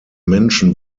menschen